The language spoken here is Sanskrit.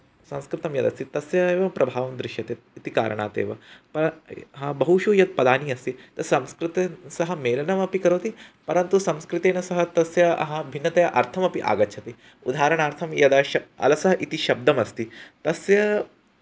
संस्कृतं यदस्ति तस्य एवमेवं प्रभावः दृश्यते इति कारणादेव बहुषु यत् पदानि अस्ति तत् संस्कृतेन सह मेलनमपि करोति परन्तु संस्कृतेन सह तस्य ह भिन्नतया अर्थमपि आगच्छति उदारणार्थं यदा श अलसः इति शब्दः अस्ति तस्य